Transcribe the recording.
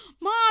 Mom